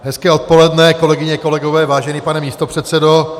Hezké odpoledne, kolegyně, kolegové, vážený pane místopředsedo.